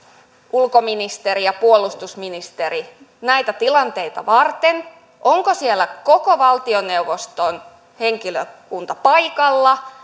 ulkoministeri ja puolustusministeri näitä tilanteita varten onko siellä koko valtioneuvoston henkilökunta paikalla